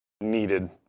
needed